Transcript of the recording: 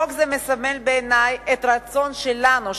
חוק זה מסמל בעיני את הרצון שלנו,